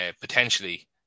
potentially